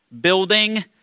building